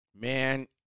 man